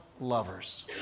lovers